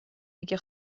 میگه